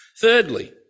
Thirdly